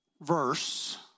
verse